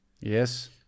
yes